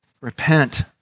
Repent